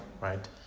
right